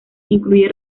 incluye